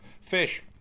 Fish